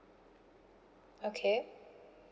okay